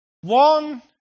One